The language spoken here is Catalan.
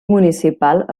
municipal